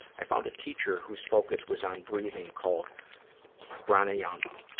i found a teacher whose focus was on breathing called pranayama.